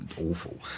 awful